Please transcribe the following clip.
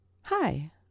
Hi